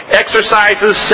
exercises